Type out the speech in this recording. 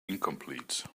incomplete